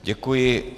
Děkuji.